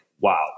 wow